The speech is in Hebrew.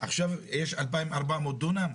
עכשיו יש 2,400 דונם.